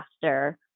faster